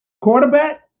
quarterback